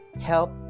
help